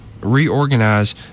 reorganize